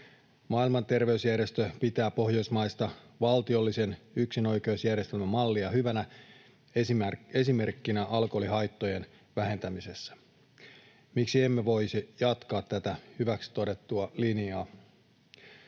Maailman terveysjärjestö pitää pohjoismaista valtiollisen yksinoikeusjärjestelmän mallia hyvänä esimerkkinä alkoholihaittojen vähentämisestä. Miksi emme voisi jatkaa tätä hyväksi todettua linjaa?